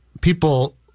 people